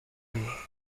and